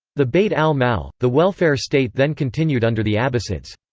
the bayt al-mal, the welfare state then continued under the abbasids.